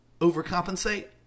overcompensate